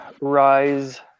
Rise